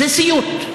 זה סיוט.